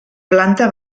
planta